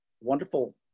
wonderful